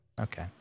Okay